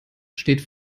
steht